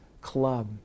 club